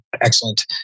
Excellent